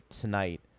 tonight